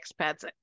expats